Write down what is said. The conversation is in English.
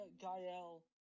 Gael